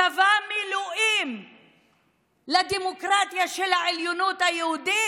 צבא מילואים לדמוקרטיה של העליונות היהודית?